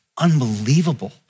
Unbelievable